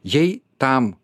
jei tam